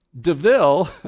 DeVille